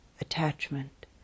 attachment